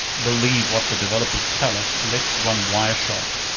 believe what the developers tell us, let's run wireshark.